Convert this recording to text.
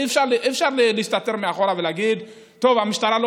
אי-אפשר להסתתר מאחור ולהגיד: טוב, המשטרה לא